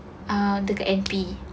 dekat N_P